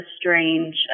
strange